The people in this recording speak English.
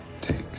take